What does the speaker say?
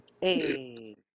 Hey